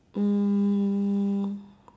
um